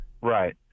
Right